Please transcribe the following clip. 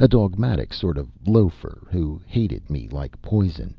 a dogmatic sort of loafer who hated me like poison,